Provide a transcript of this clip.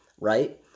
right